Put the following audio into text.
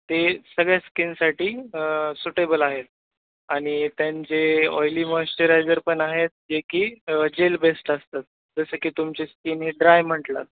ते सगळ स्किनसाठी सुटेबल आहेत आणि त्यांचे ऑईली मॉश्चरायझर पण आहेत जे की जेल बेस्ड असतात जसं की तुमचे स्किन हे ड्राय म्हंटलं